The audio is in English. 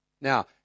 Now